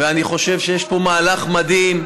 ואני חושב שיש פה מהלך מדהים,